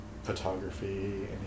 photography